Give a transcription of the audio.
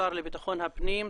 השר לביטחון פנים,